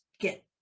get